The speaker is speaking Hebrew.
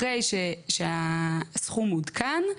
אחרי שהסכום עודכן,